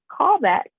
callback